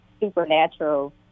supernatural